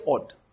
odd